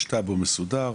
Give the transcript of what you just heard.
יש טאבו מסודר.